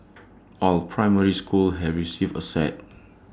all primary schools have received A set